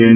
N